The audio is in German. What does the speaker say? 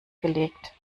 gelegt